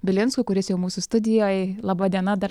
bilinsku kuris jau mūsų studijoj laba diena dar